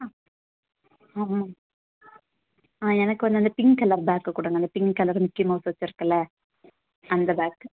ஆ ஆமாம் ஆ எனக்கு கொஞ்சம் அந்த பிங்க் கலர் பேக்கை கொடுங்க அந்த பிங்க் கலர் மிக்கி மவுஸ் வச்சுருக்குல்ல அந்த பேக்கு